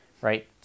right